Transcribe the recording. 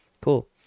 Cool